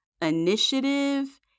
initiative